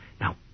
Now